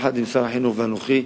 של שר החינוך ושלי,